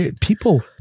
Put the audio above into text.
people